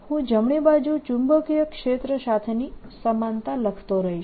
હું જમણી બાજુ ચુંબકીય ક્ષેત્ર સાથેની સમાનતા લખતો રહીશ